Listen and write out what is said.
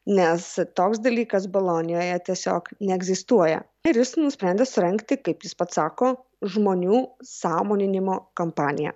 nes toks dalykas bolonijoje tiesiog neegzistuoja ir jis nusprendė surengti kaip jis pats sako žmonių sąmoninimo kampaniją